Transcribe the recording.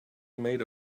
made